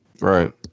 Right